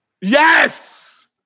Yes